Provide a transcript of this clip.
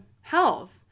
health